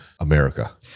America